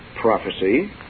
prophecy